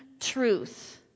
truth